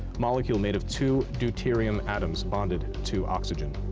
molecule made of two deuterium atoms bonded to oxygen.